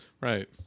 Right